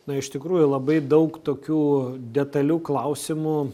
na iš tikrųjų labai daug tokių detalių klausimų